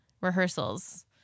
rehearsals